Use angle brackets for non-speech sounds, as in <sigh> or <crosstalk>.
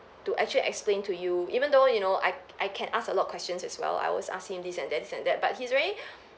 to actually explain to you even though you know I I can ask a lot of questions as well I always ask him this and that this and that but he's very <breath>